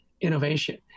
innovation